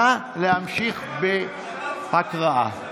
נא להמשיך בהקראה.